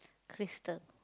Crystal